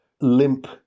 limp